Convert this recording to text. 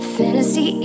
fantasy